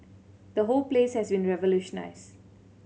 the whole place has been revolutionised